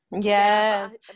yes